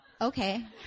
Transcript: Okay